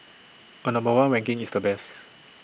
A number one ranking is the best